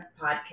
podcast